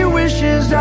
wishes